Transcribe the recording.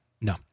No